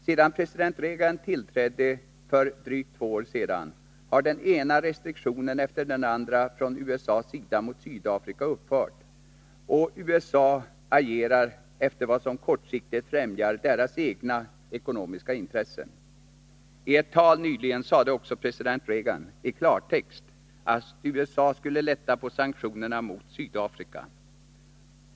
Sedan president Reagan tillträdde för drygt två år sedan har den ena restriktionen efter den andra från USA:s sida mot Sydafrika upphört, och USA agerar efter vad som kortsiktigt främjar de egna ekonomiska intressena. I ett tal nyligen sade också president Reagan i klartext att USA skulle lätta på sanktionerna mot Sydafrika.